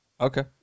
Okay